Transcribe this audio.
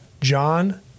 John